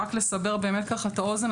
רק לסבר באמת את האוזן,